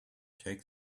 take